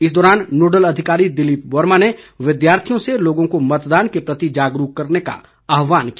इस दौरान नोडल अधिकारी दिलीप वर्मा ने विद्यार्थियों से लोगों को मतदान के प्रति जागरूक करने का आहवान किया